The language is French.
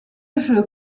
jeu